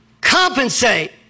compensate